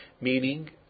meaning